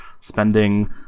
spending